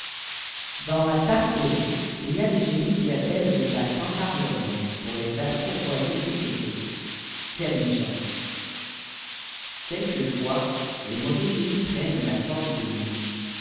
dans là tartarie il y a des génies qui appellent les passants par leur nom pour les faire foiîrvoyer et périr quelle méchanceté quelquefois les mauvais génies prennent la forme d'une mouche